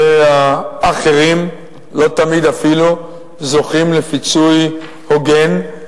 והאחרים לא תמיד אפילו זוכים לפיצוי הוגן,